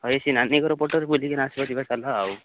ହଁ ଏ ସେ ନାନୀ ଘର ପଟରୁ ବୁଲିକିନା ଆସିବା ଯିବା ଚାଲ ଆଉ